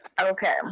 Okay